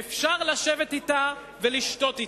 "אפשר לשבת אתה ולשתות אתה,